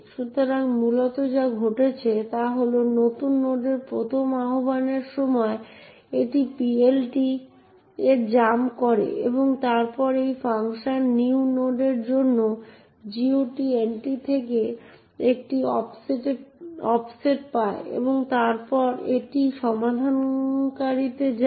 সুতরাং মূলত যা ঘটছে তা হল যে নতুন নোডের প্রথম আহ্বানের সময় এটি PLT এ জাম্প করে এবং তারপর সেই ফাংশন new node এর জন্য GOT এন্ট্রি থেকে একটি অফসেট পায় এবং তারপর একটি সমাধানকারীতে যায়